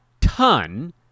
ton